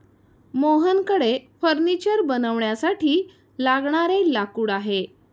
मोहनकडे फर्निचर बनवण्यासाठी लागणारे लाकूड आहे